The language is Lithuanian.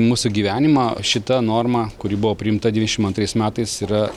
mūsų gyvenimą šita norma kuri buvo priimta dvidešimt antrais metais yra